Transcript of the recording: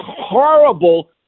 horrible